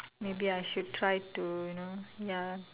maybe I should try to you know ya